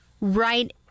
Right